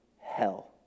hell